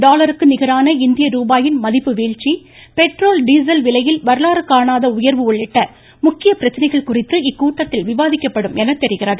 டாலருக்கு நிகரான இந்திய ரூபாயின் மதிப்பு வீழ்ச்சி பெட்ரோல் டீசல் விலையில் வரலாறு காணாத உயாவு உள்ளிட்ட முக்கியப் பிரச்சனைகள் குறித்து இக்கூட்டத்தில் விவாதிக்கப்படும் எனத் தெரிகிறது